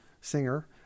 singer